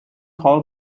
call